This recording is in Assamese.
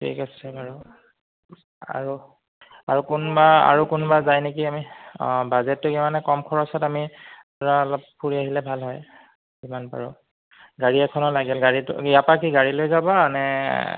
ঠিক আছে বাৰু আৰু আৰু কোনোবা আৰু কোনোবা যায় নেকি আমি অ বাজেটটো কি মানে কম খৰচত আমি ধৰা অলপ ফুৰি আহিলে ভাল হয় যিমান পাৰো গাড়ী এখনো লাগিল গাড়ী ইয়াৰ পা কি গাড়ী লৈ যাবানে